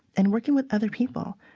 and working with other people.